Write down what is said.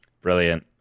Brilliant